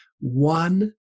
one